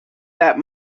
that